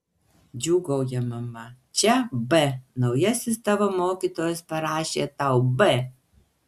džiūgauja mama čia b naujasis tavo mokytojas parašė tau b